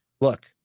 look